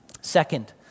Second